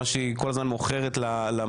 מה שהיא כל הזמן מוכרת למפגינים.